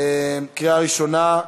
בקריאה ראשונה.